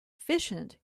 efficient